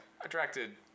attracted